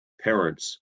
parents